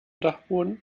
dachboden